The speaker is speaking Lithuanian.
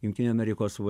jungtinių amerikos va